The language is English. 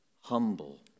humble